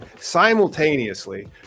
simultaneously